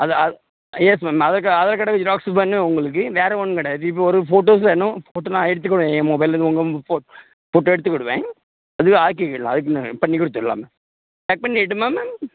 அது அது yes ma'am Aadhaar card Aadhaar card xerox வேணும் உங்களுக்கு வேறு ஒன்றும் கிடையாது இது இப்போ ஒரு போட்டோஸ் வேணும் போட்டோ நான் எடுத்துக்குவேன் ஏன் மொபைலில் இருந்து உங்கள் போட் போட்டோ எடுத்துக்கிடுவேன் அதில் ஆக்கிக்கிடலாம் அதுக்குன்னு பண்ணி கொடுத்துடலாம் மேம் பேக் பண்ணிரட்டுமா மேம்